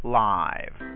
live